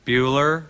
Bueller